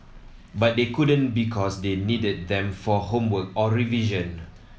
but they couldn't because they needed them for homework or revision